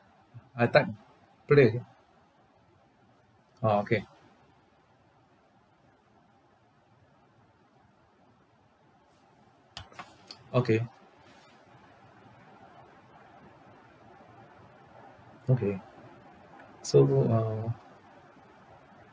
I tap play here orh okay okay okay so uh